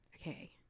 okay